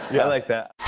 yeah like that.